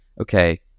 okay